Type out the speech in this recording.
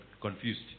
confused